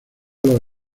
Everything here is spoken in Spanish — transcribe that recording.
los